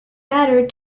mattered